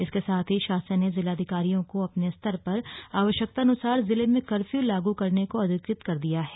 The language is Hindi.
इसके साथ ही शासन ने जिलाधिकारियों को अपने स्तर पर आवश्यकतानुसार जिले में कफ्यू लागू करने को अधिकृत कर दिया है